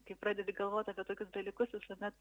kai pradedi galvot apie tokius dalykus visuomet